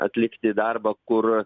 atlikti darbą kur